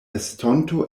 estonto